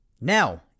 Now